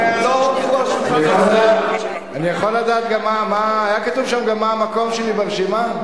היה כתוב שם גם מה המקום שלי ברשימה?